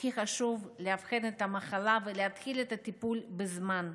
הכי חשוב הוא לאבחן את המחלה ולהתחיל את הטיפול בזמן.